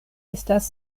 estas